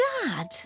dad